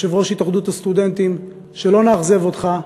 יושב-ראש התאחדות הסטודנטים, שלא נאכזב אותך.